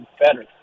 better